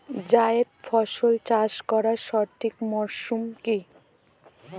জায়েদ ফসল চাষ করার সঠিক মরশুম কি?